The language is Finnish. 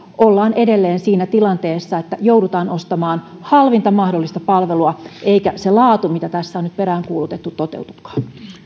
ollaan edelleen siinä tilanteessa että joudutaan ostamaan halvinta mahdollista palvelua eikä se laatu mitä tässä on nyt peräänkuulutettu toteudukaan